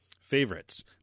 favorites